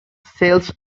sells